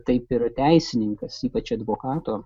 taip ir teisininkas ypač advokato